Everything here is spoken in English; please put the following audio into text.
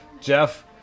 Jeff